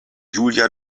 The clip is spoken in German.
julia